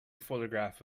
photograph